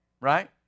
Right